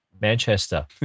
Manchester